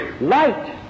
light